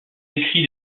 écrit